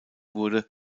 wurde